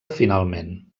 finalment